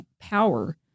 power